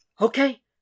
Okay